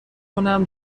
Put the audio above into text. کنم